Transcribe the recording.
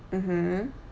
mmhmm